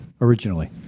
originally